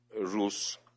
rules